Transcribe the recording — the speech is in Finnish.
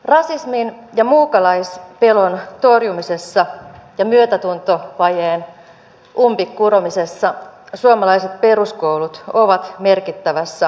rasismin ja muukalaispelon torjumisessa ja myötätuntovajeen umpeen kuromisessa suomalaiset peruskoulut ovat merkittävässä asemassa